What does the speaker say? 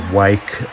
wake